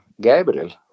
Gabriel